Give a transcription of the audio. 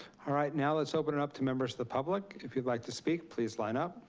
all right, now let's open it up to members of the public. if you'd like to speak, please line up.